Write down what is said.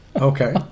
Okay